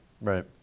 Right